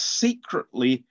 secretly